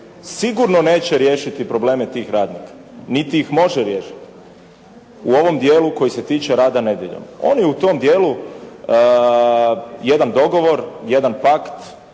sigurno neće riješiti probleme tih radnika, niti ih može riješiti u ovom dijelu koji se tiče rada nedjeljom. Oni u tom dijelu jedan dogovor, jedan pakt,